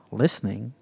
listening